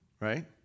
right